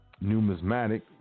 numismatic